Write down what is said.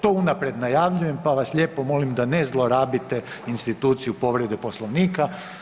To unaprijed najavljujem, pa vas lijepo molim da ne zlorabite instituciju povrede Poslovnika.